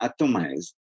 atomized